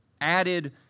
added